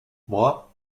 moi